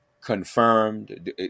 confirmed